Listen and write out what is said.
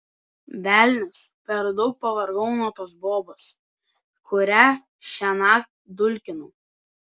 velnias per daug pavargau nuo tos bobos kurią šiąnakt dulkinau